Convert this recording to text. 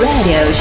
Radio